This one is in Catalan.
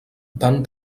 van